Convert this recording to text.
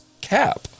Cap